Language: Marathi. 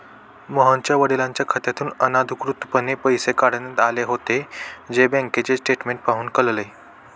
मोहनच्या वडिलांच्या खात्यातून अनधिकृतपणे पैसे काढण्यात आले होते, जे बँकेचे स्टेटमेंट पाहून कळले